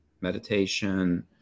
meditation